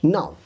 Now